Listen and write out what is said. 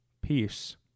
Peace